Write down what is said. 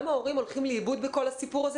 גם ההורים הולכים לאיבוד בכל הסיפור הזה,